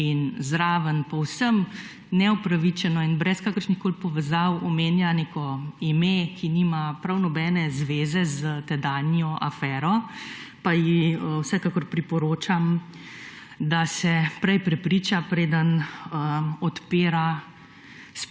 in zraven povsem neupravičeno in brez kakršnihkoli povezav omenja neko ime, ki nima prav nobene zveze s tedanjo afero, pa ji vsekakor priporočam, da se prej prepriča preden odpira